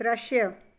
दृश्य